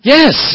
Yes